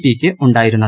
പിയ്ക്ക് ഉണ്ടായിരുന്നത്